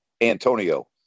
antonio